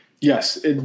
Yes